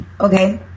Okay